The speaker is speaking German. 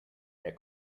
der